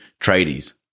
tradies